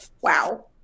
Wow